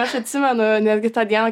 aš atsimenu netgi tą dieną